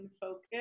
focus